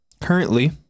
currently